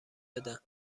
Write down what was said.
بدن